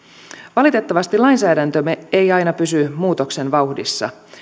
valitettavasti lainsäädäntömme ei aina pysy muutoksen vauhdissa